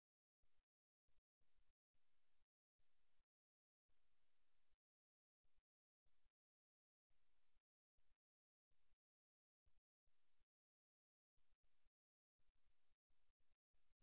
இரண்டு பேர் ஏற்கனவே உரையாடலில் ஈடுபட்டிருந்தால் மூன்றாவது நபர் அதில் பங்கேற்க விரும்பினால் ஏற்கனவே உரையாடலில் இருக்கும் இரண்டு நபர்கள் மூன்றாவது நபர் அழைக்கப்பட்டதாக உணர்கிறார்